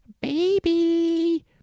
baby